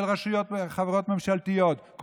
של חברות ממשלתיות,